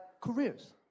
careers